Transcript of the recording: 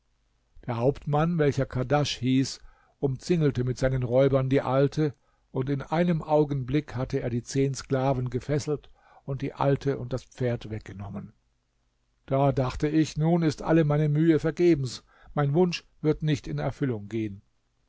der hauptmann welcher kadasch hieß umzingelte mit seinen räubern die alte und in einem augenblick hatte er die zehn sklaven gefesselt und die alte und das pferd weggenommen da dachte ich nun ist alle meine mühe vergebens mein wunsch wird nicht in erfüllung geben